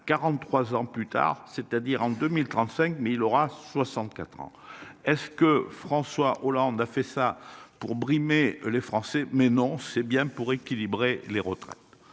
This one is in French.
43 ans plus tard, c'est-à-dire en 2035 mais il aura 64 ans. Est-ce que François Hollande a fait ça pour brimer les Français mais non c'est bien pour équilibrer les retraites.